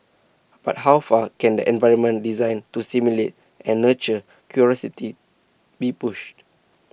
but how far can an environment designed to stimulate and nurture curiosity be pushed